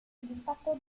soddisfatto